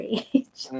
age